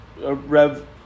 Rev